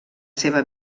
seva